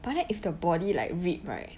but then if the body like ripped right